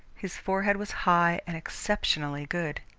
his forehead was high and exceptionally good.